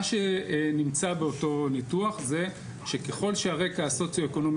מה שנמצא באותו ניתוח זה שככל שהרקע הסוציואקונומי